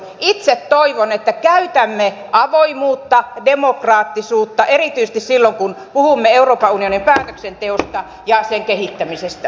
itse toivon että käytämme avoimuutta demokraattisuutta erityisesti silloin kun puhumme euroopan unionin päätöksenteosta ja sen kehittämisestä